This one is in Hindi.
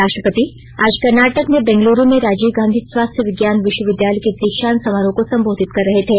राष्ट्रपति आज कर्नाटक में बेंगलुरू में राजीव गांधी स्वास्थ्य विज्ञान विश्वविद्यालय के दीक्षांत समारोह को संबोधित कर रहे थे